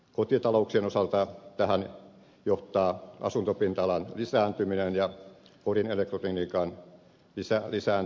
kotitalouksien osalta tähän johtaa asuntopinta alan lisääntyminen ja kodin elektroniikan lisääntyminen